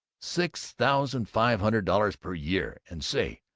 six thousand five hundred dollars per year! and say,